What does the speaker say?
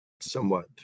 Somewhat